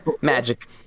Magic